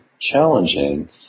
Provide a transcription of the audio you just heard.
Challenging